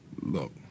look